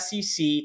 SEC